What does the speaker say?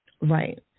Right